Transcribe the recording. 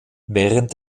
während